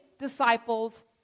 disciples